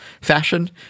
fashion